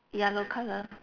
yellow colour